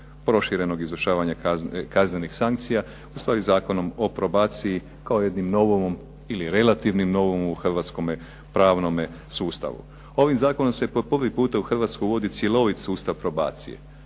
proširenog izvršavanja kaznenih sankcija, odnosno Zakonom o probaciji, kao jednim novovom ili relativnim novumom u Hrvatskome pravnome sustavu. Ovim Zakonom se po prvi puta uvodi cjelovit sustav probacije.